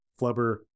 Flubber